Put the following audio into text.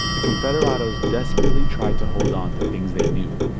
the confederados desperately tried to hold onto things they knew,